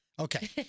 Okay